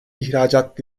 ihracat